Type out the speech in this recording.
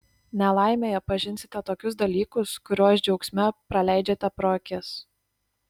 nelaimėje pažinsite tokius dalykus kuriuos džiaugsme praleidžiate pro akis